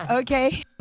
okay